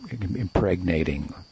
impregnating